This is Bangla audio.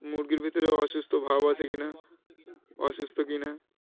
মুরগির ভিতরে অসুস্থ ভাব আছে কিনা অসুস্থ কিনা